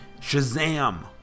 Shazam